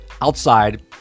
outside